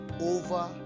over